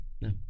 No